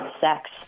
sex